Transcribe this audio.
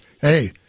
hey